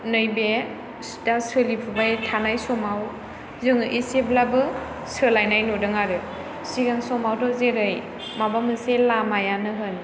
नैबे दा सेलिफुनाय थाबाय समाव जोङो एसेब्लाबो साेलायनाय नुदों आरो सिगां समावथ' जेरै माबा मोनसे लामायानो होन